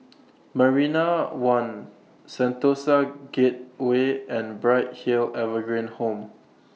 Marina one Sentosa Gateway and Bright Hill Evergreen Home